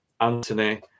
Anthony